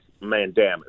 mandamus